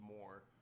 more